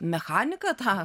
mechaniką tą